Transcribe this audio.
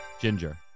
Ginger